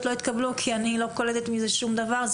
לא יתקבלו כי אני לא קולטת מזה שום דבר.